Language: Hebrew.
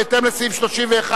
בהתאם לסעיף 31(ד)